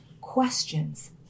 questions